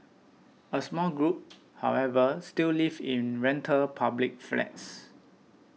a small group however still live in rental public flats